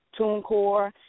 TuneCore